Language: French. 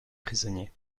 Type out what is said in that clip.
prisonnier